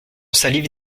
salive